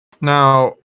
Now